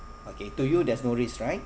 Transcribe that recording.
okay to you there's no risk right